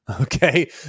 okay